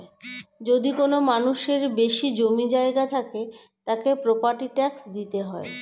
যদি কোনো মানুষের বেশি জমি জায়গা থাকে, তাকে প্রপার্টি ট্যাক্স দিতে হয়